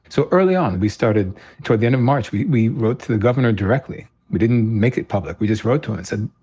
so early on, we started toward the end of march, we we wrote to the governor directly. we didn't make it public. we just wrote to him and said,